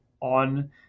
on